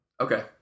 Okay